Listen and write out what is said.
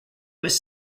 was